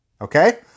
okay